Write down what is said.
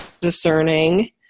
discerning